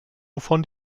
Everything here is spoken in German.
wovon